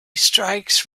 strikes